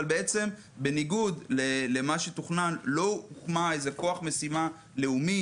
אבל בניגוד למה שתוכנן לא הוקם כוח משימה לאומי,